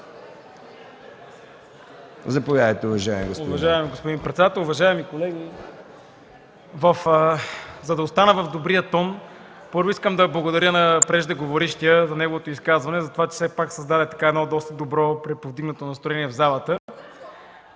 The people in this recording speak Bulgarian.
Заповядайте, уважаеми господин